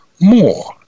more